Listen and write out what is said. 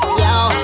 yo